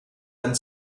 and